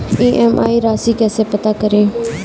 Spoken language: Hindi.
ई.एम.आई राशि कैसे पता करें?